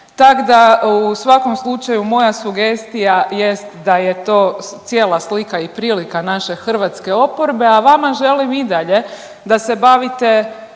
Tak da u svakom slučaju moja sugestija jest da je to cijela slika i prilika naše hrvatske oporbe, a vama želim i dalje da se bavite